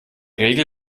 regel